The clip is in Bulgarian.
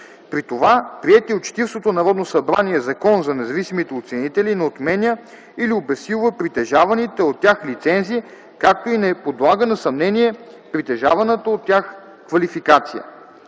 При това приетият от Четиридесетото Народно събрание Закон за независимите оценители не отменя или обезсилва притежаваните от тях лицензи, както и не подлага на съмнение притежаваната от тях квалификация.